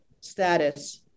status